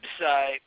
website